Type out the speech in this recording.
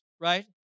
right